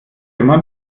immer